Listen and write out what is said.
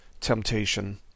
temptation